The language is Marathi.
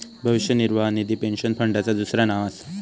भविष्य निर्वाह निधी पेन्शन फंडाचा दुसरा नाव असा